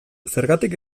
zergatik